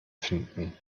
finden